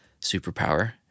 superpower –